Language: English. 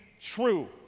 true